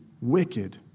wicked